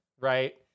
right